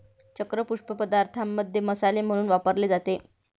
चक्र पुष्प पदार्थांमध्ये मसाले म्हणून वापरले जाते